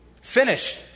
Finished